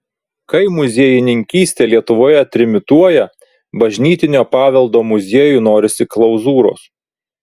kai muziejininkystė lietuvoje trimituoja bažnytinio paveldo muziejui norisi klauzūros